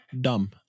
dumb